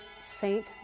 Saint